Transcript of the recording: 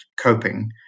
coping